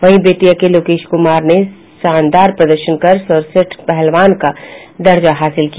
वहीं बेतिया के लोकेश कुमार ने शानदार प्रदर्शन कर सर्वेश्रेष्ठ पहलवान का दर्जा हासिल किया